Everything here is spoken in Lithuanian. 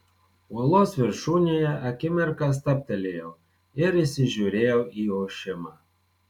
uolos viršūnėje akimirką stabtelėjau ir įsižiūrėjau į ošimą